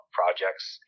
projects